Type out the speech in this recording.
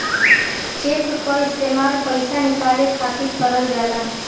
check क इस्तेमाल पइसा निकाले खातिर करल जाला